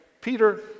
Peter